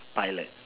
pilot